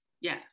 yes